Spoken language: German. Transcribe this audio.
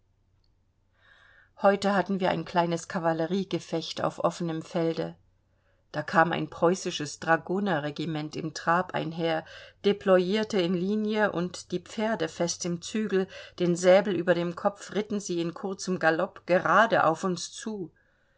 heute hatten wir ein kleines kavalleriegefecht auf offenem felde da kam ein preußisches dragonerregiment im trab einher deployierte in linie und die pferde fest im zügel den säbel über dem kopf ritten sie in kurzem galopp gerade auf uns zu